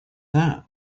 that